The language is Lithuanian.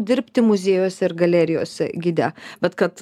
dirbti muziejuose ir galerijose gide bet kad